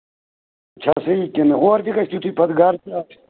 چھا صحیح کِنہٕ اورٕ تہِ تِتھُے پَتہٕ گرٕ تہِ آسُن